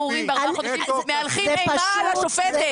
מהלכים אימה על השופטת.